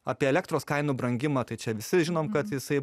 apie elektros kainų brangimą tai čia visi žinom kad jisai